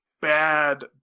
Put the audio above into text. Bad